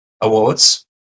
awards